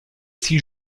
six